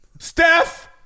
Steph